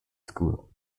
school